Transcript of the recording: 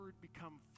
become